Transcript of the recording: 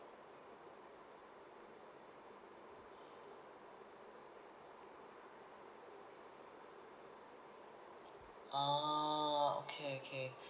oh okay okay